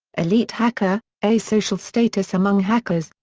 elite hacker a social status among hackers,